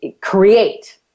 create